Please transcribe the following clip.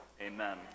Amen